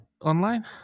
online